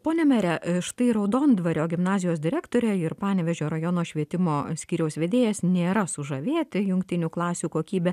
pone mere štai raudondvario gimnazijos direktorė ir panevėžio rajono švietimo skyriaus vedėjas nėra sužavėti jungtinių klasių kokybe